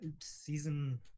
season